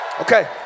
Okay